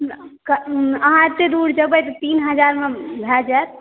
अहाँ एते दूर जेबै तऽ तीन हजार मे भय जायत